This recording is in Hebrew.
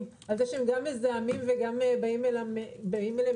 על זה שהם גם מזהמים וגם באים אליהם בטענות.